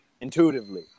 intuitively